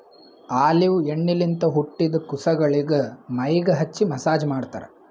olive ಎಣ್ಣಿಲಿಂತ್ ಹುಟ್ಟಿದ್ ಕುಸಗೊಳಿಗ್ ಮೈಗ್ ಹಚ್ಚಿ ಮಸ್ಸಾಜ್ ಮಾಡ್ತರ್